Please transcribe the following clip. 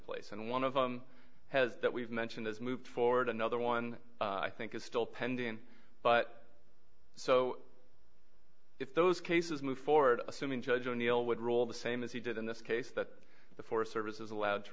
place and one of them has that we've mentioned has moved forward another one i think is still pending but so if those cases move forward assuming judge o'neil would rule the same as he did in this case that the forest service is allowed to